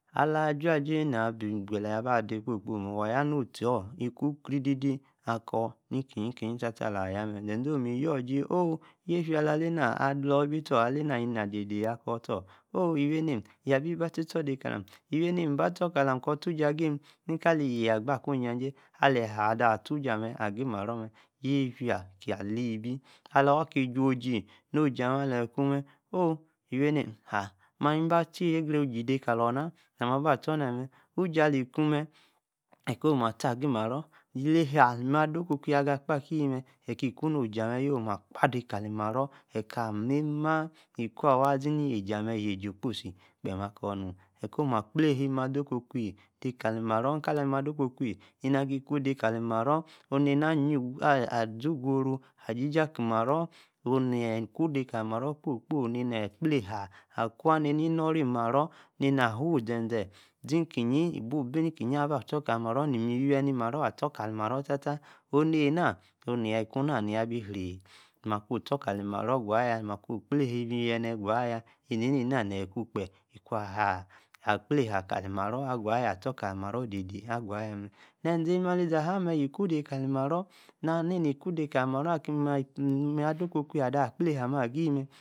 Ala-juajay na-bi gbele abi-de mee kposi-kios, waa yaa nu stik crididi, akor, nikiyin, staa, ala-yan mee- zeze oh mi yogi-oh yetia ala-maq, ala- ibi-stor, ala-naa inac dede, akor isor, iwi-ami yabi ba tistor kalami kor Ujuo-gimi, ni-kaliyaa-gba, akwaa ijajay, alayi aa-tee amee agimarro mee, yefia taa ali-bi, aluu aki juu oji, amas, alejí kumee, Miwinion, mag-haa ebi-bn tina Jada osi-kaler naa, nor mi baa, tsor naa-mee na, ujro ali-kumce eji komaa tee agi-marro, usuo ali-mao-ada-okwo-kwi asa-the ogi-meeegee-ko-maa kpa-kalimano, yeji okpsi-akor nomu, kpichaa-maa-ada okwo- kwi-kalimano-kal maa-ada okwo kwi naa-agi kwo kalimarro, naa zi ugoo oroo ajiji-akimarro, onu neyi kuu dekalimarror kposi-kposi, akplelahaa, waa, nee-ni-oro imane neé, naa awuzeze zikigín- ibi aba stor Kalin Marto, Iwi wini-Marne, astor kalimarno teer tea wag, onu-anaa-nee-kunaa, niaa be reyi maa kwaa Stor kalimarro, Juayan, kpelahan iwieni guayaa. annaia neyi kupe, allan kprehan Kalimaris aguanya maa ezee Maa-zahaa, yiku kalimarro, ali-maa ada okwo amaa, akpehaa agi-mee.